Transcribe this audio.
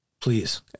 Please